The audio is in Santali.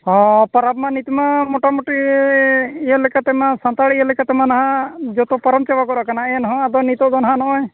ᱦᱮᱸ ᱯᱟᱨᱟᱵᱽ ᱢᱟ ᱱᱤᱛᱢᱟ ᱢᱚᱴᱟᱢᱩᱴᱤᱻ ᱤᱭᱟᱹ ᱞᱮᱠᱟᱛᱮᱢᱟ ᱥᱟᱱᱛᱟᱲ ᱤᱭᱟᱹ ᱞᱮᱠᱟᱛᱮᱢᱟ ᱱᱟᱦᱟᱜ ᱡᱚᱛᱚ ᱯᱟᱨᱚᱢ ᱪᱟᱵᱟ ᱜᱚᱫ ᱟᱠᱟᱱᱟ ᱮᱱᱦᱚᱸ ᱟᱫᱚ ᱱᱤᱛᱚᱜᱫᱚ ᱱᱟᱦᱟᱜ ᱱᱚᱜᱼᱚᱭ